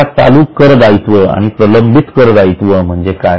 आता चालू कर दायित्व आणि प्रलंबित कर दायित्व म्हणजे काय